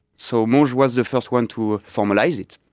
so monge was the first one to formalise it.